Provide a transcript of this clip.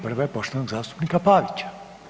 Prva je poštovanog zastupnika Pavića.